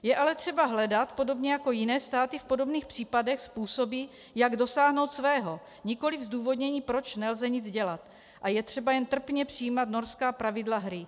Je ale třeba hledat, podobně jako jiné státy v podobných případech, způsoby, jak dosáhnout svého, nikoliv zdůvodnění, proč nelze nic dělat a je třeba jen trpně přijímat norská pravidla hry.